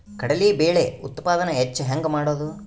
ಕಡಲಿ ಬೇಳೆ ಉತ್ಪಾದನ ಹೆಚ್ಚು ಹೆಂಗ ಮಾಡೊದು?